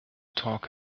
talk